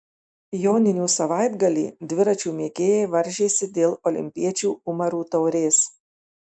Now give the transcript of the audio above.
joninių savaitgalį dviračių mėgėjai varžėsi dėl olimpiečių umarų taurės